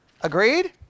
Agreed